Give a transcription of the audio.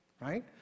right